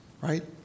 right